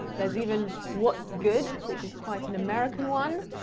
there's even, what's good? which is quite an american one.